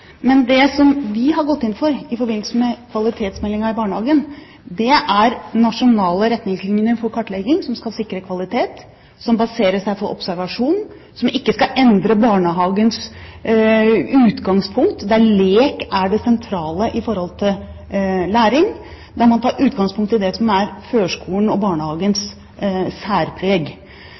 Men det som vi har gått inn for i forbindelse med kvalitetsmeldingen i barnehagen, er nasjonale retningslinjer for kartlegging, som skal sikre kvalitet, som baserer seg på observasjon, som ikke skal endre barnehagens utgangspunkt der lek er det sentrale med tanke på læring, og der man tar utgangspunkt i det som er førskolens og barnehagens særpreg.